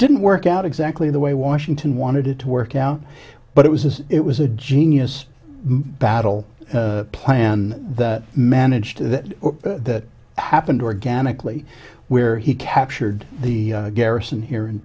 didn't work out exactly the way washington wanted it to work out but it was it was a genius battle plan that managed that that happened organically where he captured the garrison here in